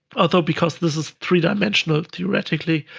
although because this is three dimensional, theoretically,